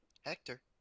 hector